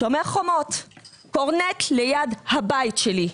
"שומר חומות", טיל קורנט ליד הבית שלי.